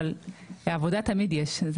אבל עבודה תמיד יש.